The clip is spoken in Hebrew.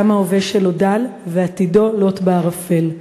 גם ההווה שלו דל ועתידו לוט בערפל.